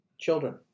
children